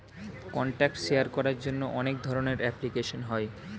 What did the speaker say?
contact share করার জন্য অনেক ধরনের অ্যাপ্লিকেশন হয়